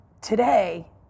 today